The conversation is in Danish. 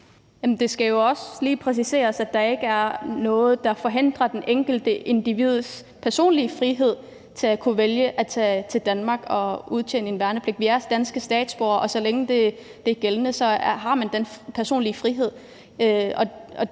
Det skal jo også lige præciseres, at der ikke er noget, der forhindrer, at det enkelte individ har sin personlige frihed til at kunne vælge at tage til Danmark og aftjene værnepligt. Vi er danske statsborgere, og så længe det er gældende, har man den personlige frihed.